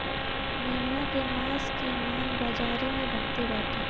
मेमना के मांस के मांग बाजारी में बहुते बाटे